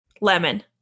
Lemon